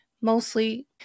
mostly